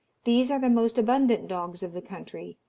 these are the most abundant dogs of the country,